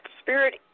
spirit